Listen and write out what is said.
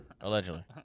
Allegedly